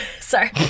Sorry